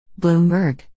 Bloomberg